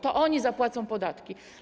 To oni zapłacą podatki.